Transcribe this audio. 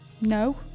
No